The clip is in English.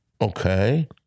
Okay